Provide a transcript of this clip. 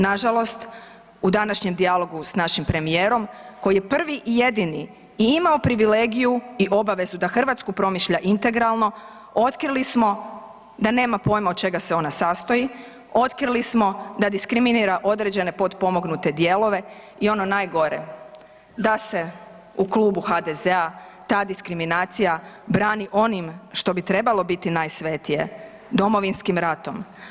Nažalost, u današnjem dijalogu s našim premijerom koji je prvi i jedini i imao privilegiju i obavezu da Hrvatsku promišlja integralno otkrili smo da nema pojma od čega se ona sastoji, otkrili smo da diskriminira određene potpomognute dijelove i ono najgore, da se u klubu HDZ-a ta diskriminacija brani onim što bi trebalo biti najsvetije, Domovinskim ratom.